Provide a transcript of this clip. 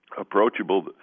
approachable